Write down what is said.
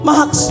Max